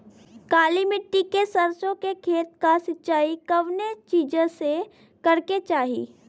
काली मिट्टी के सरसों के खेत क सिंचाई कवने चीज़से करेके चाही?